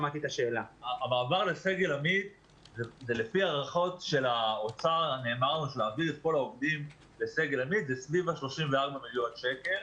המעבר לסגל עמית זה לפי הערכות של האוצר וזה סביב 34 מיליון שקלים.